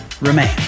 remain